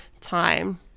time